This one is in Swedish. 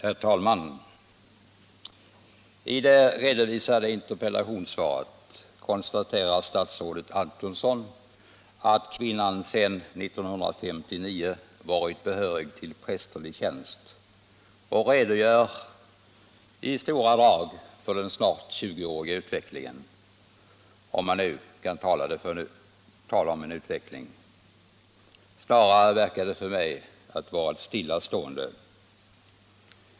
Herr talman! I det redovisade interpellationssvaret konstaterar statsrådet Antonsson att kvinnan sedan 1959 varit behörig till prästerlig tjänst, och han redogör i stora drag för den snart tjugoåriga utvecklingen — om man nu kan tala om en utveckling; snarare verkar det vara något av ett stillastående.